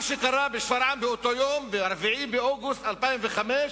מה שקרה בשפרעם באותו יום, ב-4 באוגוסט 2005,